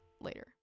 later